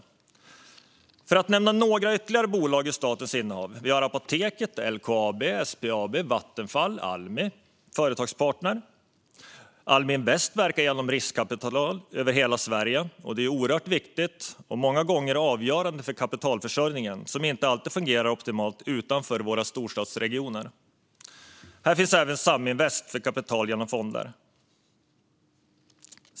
Låt mig nämna några ytterligare bolag i statens innehav: Apoteket, LKAB, SBAB, Vattenfall och Almi Företagspartner liksom Almi Invest, som verkar genom riskkapital över hela Sverige, vilket är oerhört viktigt och många gånger avgörande för kapitalförsörjningen, som inte alltid fungerar optimalt utanför våra storstadsregioner. Här finns även Saminvest, för kapital genom fonder.